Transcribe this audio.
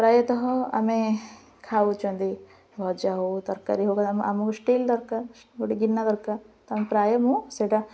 ପ୍ରାୟତଃ ଆମେ ଖାଉଛନ୍ତି ଭଜା ହଉ ତରକାରୀ ହଉ ଆମକୁ ଷ୍ଟିଲ୍ ଦରକାର ଗୋଟେ ଗିନା ଦରକାର ତ ପ୍ରାୟ ମୁଁ ସେଇଟା